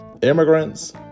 immigrants